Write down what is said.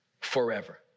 forever